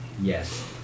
Yes